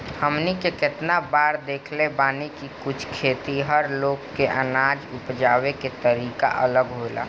हमनी के केतना बार देखले बानी की कुछ खेतिहर लोग के अनाज उपजावे के तरीका अलग होला